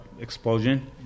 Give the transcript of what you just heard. explosion